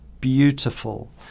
beautiful